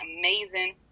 amazing